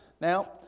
Now